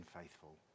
faithful